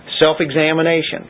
Self-examination